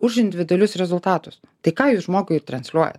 už individualius rezultatus tai ką jūs žmogui transliuojat